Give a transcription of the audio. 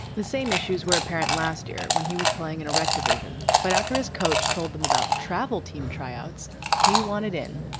the same issues were apparent last year when he was playing in erect division. but after his coach told them about travel team tryouts, he wanted in.